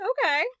Okay